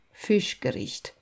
Fischgericht